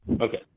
okay